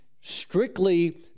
strictly